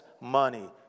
money